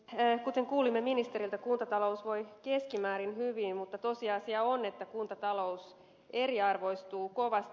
kuten kuulimme ministeriltä kuntatalous voi keskimäärin hyvin mutta tosiasia on että kuntatalous eriarvoistuu kovasti